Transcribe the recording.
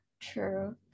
True